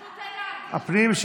הפנים.